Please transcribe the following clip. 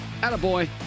attaboy